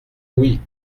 oui